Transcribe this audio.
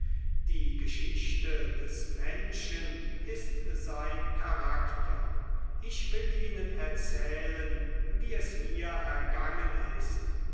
die geschichte des menschen ist sein charakter ich will ihnen erzählen wie es mir ergangen ist